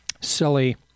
silly